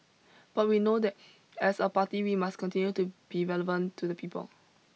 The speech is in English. but we know that as a party we must continue to be relevant to the people